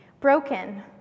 Broken